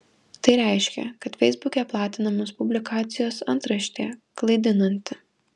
tai reiškia kad feisbuke platinamos publikacijos antraštė klaidinanti